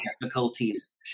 difficulties